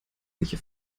welche